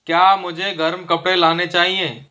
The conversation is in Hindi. क्या मुझे गर्म कपड़े लाने चाहिए